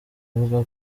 avuga